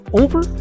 over